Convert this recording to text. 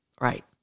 Right